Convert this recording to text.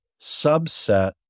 subset